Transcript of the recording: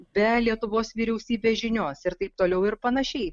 be lietuvos vyriausybės žinios ir taip toliau ir panašiai